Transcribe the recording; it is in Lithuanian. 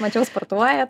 mačiau sportuoja